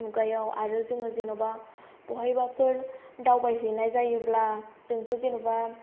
मुगायाव आरो जोङो जेन'बा बहायबाफोर दावबायहैनाय जायोब्ला जोंथ' जेन'बा